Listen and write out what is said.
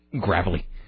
gravelly